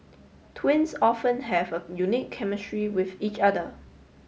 twins often have a unique chemistry with each other